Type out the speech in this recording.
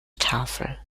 tafel